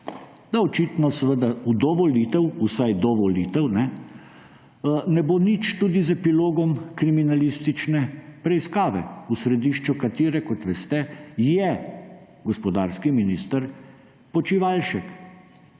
si brutalno podredili policijo, vsaj do volitev ne bo nič tudi z epilogom kriminalistične preiskave, v središču katere, kot veste, je gospodarski minister Počivalšek.